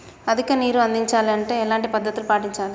అధిక నీరు అందించాలి అంటే ఎలాంటి పద్ధతులు పాటించాలి?